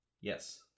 Yes